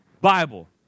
Bible